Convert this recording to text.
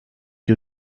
you